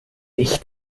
ich